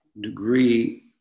degree